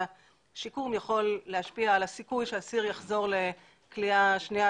והשיקום יכול להשפיע על הסיכוי שאסיר יחזור לכליאה שנייה,